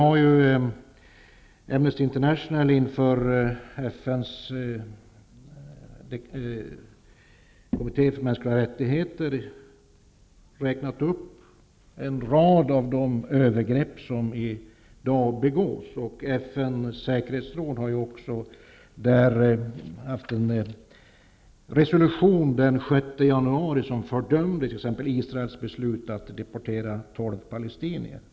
Amnesty International har ju inför FN:s kommitté för mänskliga rättigheter räknat upp en rad av de övergrepp som i dag begås. FN:s säkerhetsråd har också i en resolution den 6 januari fördömt Israels beslut att deportera tolv palestinier.